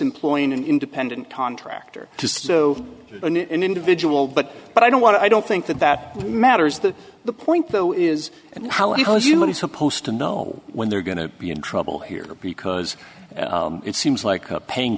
employing an independent contractor just so an individual but but i don't want to i don't think that that matters to the point though is how it was you know he's supposed to know when they're going to be in trouble here because it seems like a paying